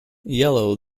yellow